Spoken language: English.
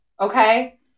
okay